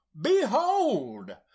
Behold